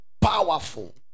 powerful